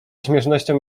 śmiesznością